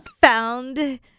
found